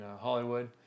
Hollywood